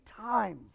times